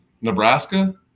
Nebraska